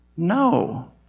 No